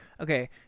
Okay